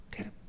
okay